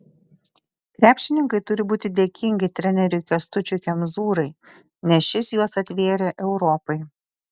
krepšininkai turi būti dėkingi treneriui kęstučiui kemzūrai nes šis juos atvėrė europai